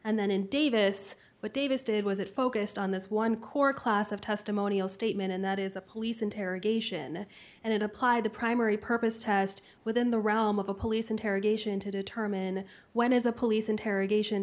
and then in davis what davis did was it focused on this one core class of testimonial statement and that is a police interrogation and it applied the primary purpose test within the realm of a police interrogation to determine when is a police interrogation